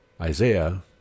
Isaiah